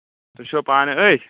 تُہۍ چھِوا پانہٕ أتھۍ